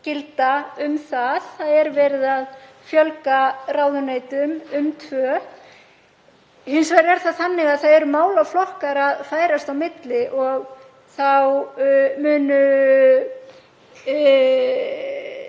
gilda um það, það er verið að fjölga ráðuneytum um tvö. Hins vegar er það þannig að málaflokkar færast hér á milli og þá mun